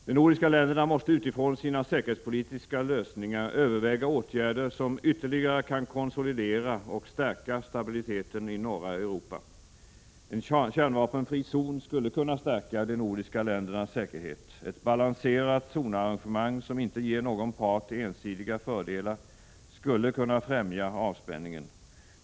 De nordiska länderna måste utifrån sina säkerhetspolitiska lösningar överväga åtgärder som ytterligare kan konsolidera och stärka stabiliteten i norra Europa. En kärnvapenfri zon skulle kunna stärka de nordiska ländernas säkerhet. Ett balanserat zonarrangemang, som inte ger någon part ensidiga fördelar, skulle kunna främja avspänningen.